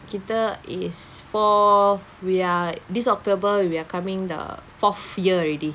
kita is fourth we're this October we're coming the fourth year already